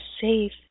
safe